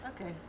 Okay